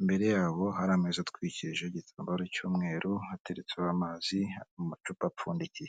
imbere yabo hari ameza atwikirije igitambaro cy'umweru, hateretseho amazi hariho amacupa apfundikiye.